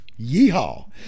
Yeehaw